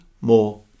more